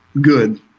good